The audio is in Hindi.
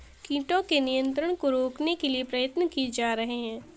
कीटों के नियंत्रण को रोकने के लिए प्रयत्न किये जा रहे हैं